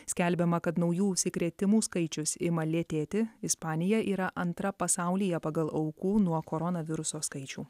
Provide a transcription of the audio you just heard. skelbiama kad naujų užsikrėtimų skaičius ima lėtėti ispanija yra antra pasaulyje pagal aukų nuo koronaviruso skaičių